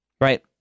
right